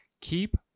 keep